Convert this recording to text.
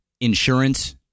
insurance